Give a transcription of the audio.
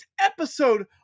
episode